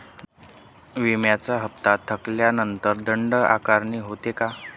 विम्याचा हफ्ता थकल्यानंतर दंड आकारणी होते का?